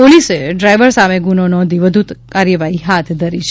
પોલીસે ડ્રાઇવર સામે ગુનો નોંધી વધુ કાર્યવાહી હાથ ધરી છે